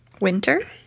Winter